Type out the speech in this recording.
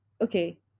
Okay